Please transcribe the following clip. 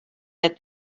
that